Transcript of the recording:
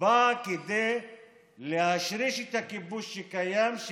באה כדי להשריש את הכיבוש שקיים,